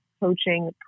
coaching